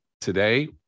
Today